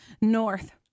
north